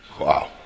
Wow